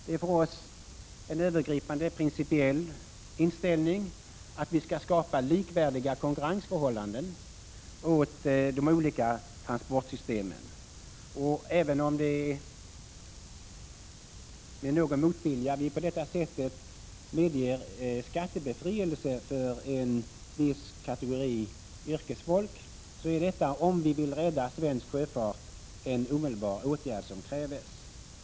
Det är för oss en övergripande principiell inställning att man skall skapa likvärdiga konkurrensförhållanden åt de olika transportsystemen, och även om det är med någon motvilja vi på detta sätt medger skattebefrielse för en viss kategori yrkesfolk, är detta, om vi vill rädda svensk sjöfart, en åtgärd som krävs omedelbart.